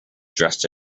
dressed